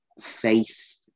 faith